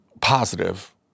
positive